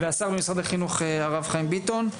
והשר במשרד החינוך הרב חיים ביטון,